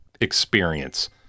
experience